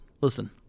Listen